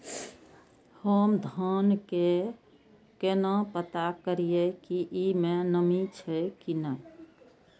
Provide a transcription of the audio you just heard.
हम धान के केना पता करिए की ई में नमी छे की ने?